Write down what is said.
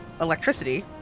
electricity